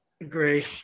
Agree